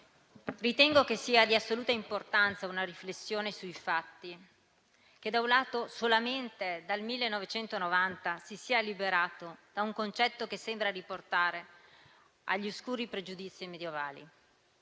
ritengo che sia di assoluta importanza una riflessione sul fatto che, da un lato, solamente dal 1990 ci si sia liberati da un concetto che sembra riportare agli oscuri pregiudizi medievali